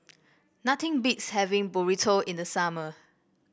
nothing beats having Burrito in the summer